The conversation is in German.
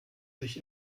sich